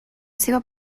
seva